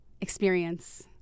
Experience